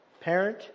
parent